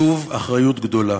שוב אחריות גדולה,